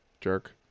jerk